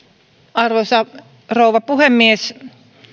arvoisa rouva puhemies